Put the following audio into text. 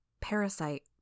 Parasite